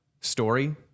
story